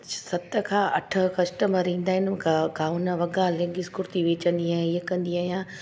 सत खां अठ कस्टमर ईंदा आहिनि गा गाउन वॻा लेडीस कुर्ती वेचंदी आहियां ईअं कंदी आहियां